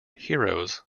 heroes